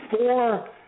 four